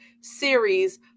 series